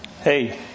Hey